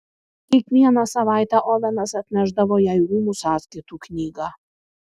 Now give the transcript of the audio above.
kiekvieną savaitę ovenas atnešdavo jai rūmų sąskaitų knygą